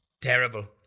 Terrible